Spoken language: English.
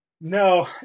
no